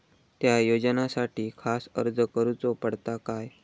त्या योजनासाठी खास अर्ज करूचो पडता काय?